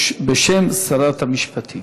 בשם שרת המשפטים.